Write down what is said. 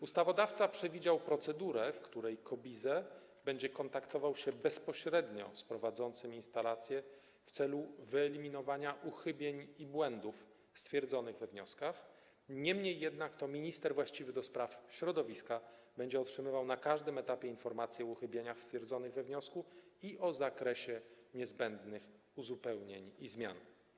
Ustawodawca przewidział procedurę, w której KOBiZE będzie kontaktował się bezpośrednio z prowadzącym instalacje w celu wyeliminowania uchybień i błędów stwierdzonych we wnioskach, niemniej jednak to minister właściwy do spraw środowiska będzie otrzymywał na każdym etapie informację o uchybieniach stwierdzonych we wniosku i o zakresie niezbędnych uzupełnień i zmian.